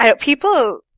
People